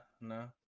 no